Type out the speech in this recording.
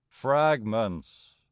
Fragments